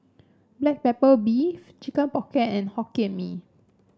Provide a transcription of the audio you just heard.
Black Pepper Beef Chicken Pocket and Hokkien Mee